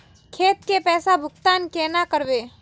खेत के पैसा भुगतान केना करबे?